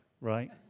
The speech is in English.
right